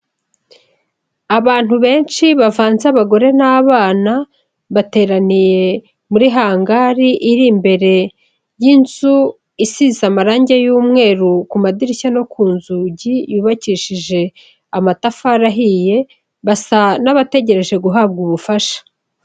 Abantu benshi bavanze abagore n'abana, bateraniye muri hangari iri imbere y'inzu isize amarange y'umweru ku madirishya no ku nzugi, yubakishije amatafari ahiye basa n'abategereje guhabwa ubufasha.